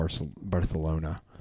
Barcelona